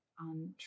on